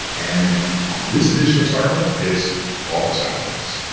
and on this edition of startalk it's office hours,